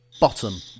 bottom